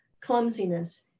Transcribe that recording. clumsiness